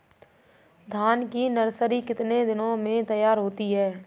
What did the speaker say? धान की नर्सरी कितने दिनों में तैयार होती है?